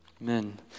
Amen